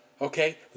okay